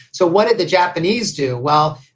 so what did the japanese do? well,